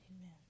Amen